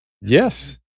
yes